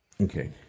Okay